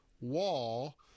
wall